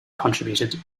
contributed